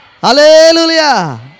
Hallelujah